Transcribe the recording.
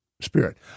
spirit